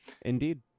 Indeed